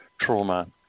trauma